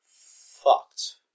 fucked